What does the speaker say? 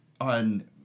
on